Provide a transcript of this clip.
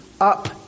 up